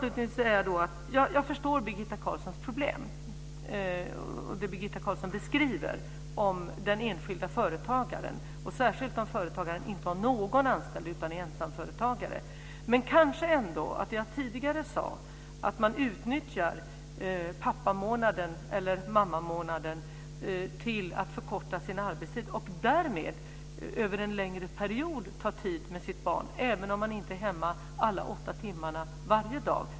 Jag förstår det problem som Birgitta Carlsson beskriver om den enskilde företagaren, särskilt då företagaren inte har någon anställd utan är ensamföretagare. Men som jag sade tidigare borde man utnyttja pappamånaden, eller mammamånaden, till att förkorta sin arbetstid och därmed över en längre period ta sig tid med sitt barn, även om man inte är hemma alla åtta timmarna varje dag.